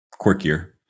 quirkier